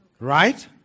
right